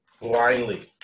blindly